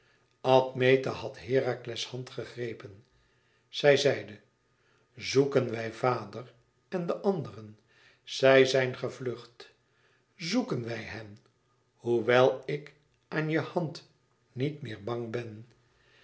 admete had herakles hand gegrepen zij zeide zoeken wij vader en de anderen zij zijn gevlucht zoeken wij hen hoewel ik aan je hand niet meer bang ben